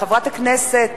חברת הכנסת,